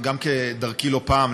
כדרכי לא פעם,